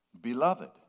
beloved